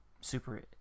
super